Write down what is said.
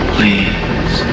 Please